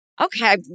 Okay